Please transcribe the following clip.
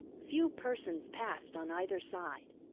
few persons passed on either side.